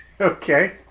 Okay